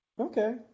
Okay